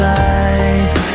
life